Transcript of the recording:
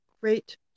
great